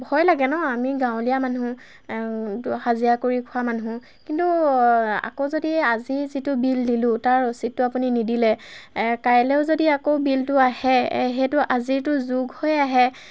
ভয় লাগে ন আমি গাঁৱলীয়া মানুহ হাজিৰা কৰি খোৱা মানুহ কিন্তু আকৌ যদি আজি যিটো বিল দিলোঁ তাৰ ৰচিদটো আপুনি নিদিলে কাইলৈ যদি আকৌ বিলটো আহে সেইটো আজিৰটো যোগ হৈ আহে